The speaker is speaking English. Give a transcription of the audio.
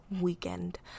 weekend